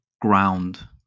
ground